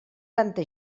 tanta